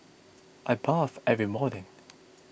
I bathe every morning